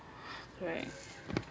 right